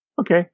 okay